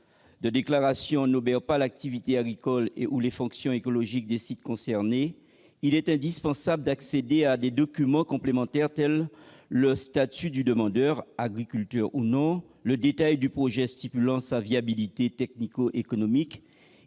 et déclarations n'obèrent pas l'activité agricole et/ou les fonctions écologiques des sites concernés, il est indispensable d'accéder à des documents complémentaires tels que le statut du demandeur- agriculteur ou non -et les détails du projet renseignant sur sa viabilité technico-économique.